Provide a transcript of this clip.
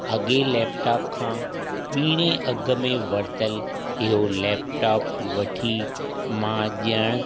अॻे लैपटॉप खां ॿीणो अघ में वरितल इहो लैपटॉप वठी मां ॼण